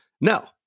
No